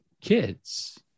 kids